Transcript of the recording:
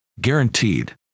guaranteed